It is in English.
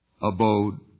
abode